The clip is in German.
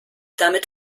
damit